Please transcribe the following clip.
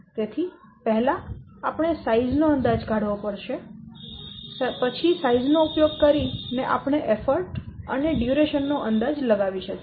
તેથી પહેલા આપણે સાઈઝ નો અંદાજ કાઢવો પડશે સાઈઝ નો ઉપયોગ કરીને પછી આપણે પ્રયત્નો અને અવધિ નો અંદાજ લગાવી શકીએ